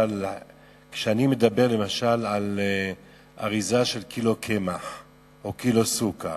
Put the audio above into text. כשאני מדבר למשל על אריזה של קילו קמח או קילו סוכר,